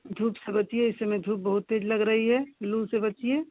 धूप से बचिए ऐसे में धूप बहुत तेज लग रही है लू से बचिए